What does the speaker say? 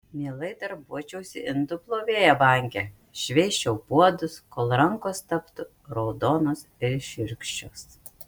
mielai darbuočiausi indų plovėja banke šveisčiau puodus kol rankos taptų raudonos ir šiurkščios